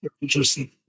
interesting